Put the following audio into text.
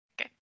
okay